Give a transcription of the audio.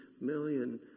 million